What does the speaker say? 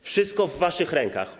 Wszystko w waszych rękach.